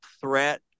threat